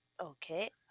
Okay